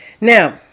now